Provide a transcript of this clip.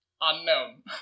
unknown